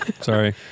sorry